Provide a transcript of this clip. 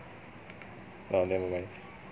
uh never mind